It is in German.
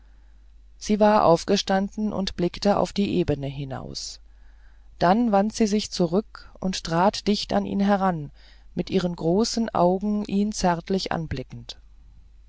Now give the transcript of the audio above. sie war aufgestanden und blickte auf die ebene hinaus dann wandte sie sich zurück und trat dicht an ihn heran mit ihren großen augen ihn zärtlich anblickend